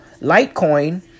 Litecoin